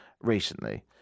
recently